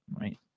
right